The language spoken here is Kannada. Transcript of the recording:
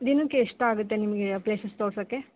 ದಿನಕ್ಕೆ ಎಷ್ಟಾಗುತ್ತೆ ನಿಮಗೆ ಪ್ಲೇಸಸ್ ತೋರಿಸೋಕೆ